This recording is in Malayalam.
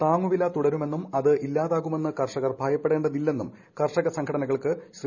താങ്ങുവില്പ് തുടരുമെന്നും അത് ഇല്ലാതാകുമെന്ന് കർഷകർ ഭ്യപ്പെടേണ്ടതില്ലെന്നും കർഷക സംഘടനകൾക്ക് ശ്രീ